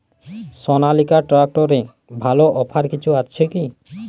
সনালিকা ট্রাক্টরে ভালো অফার কিছু আছে কি?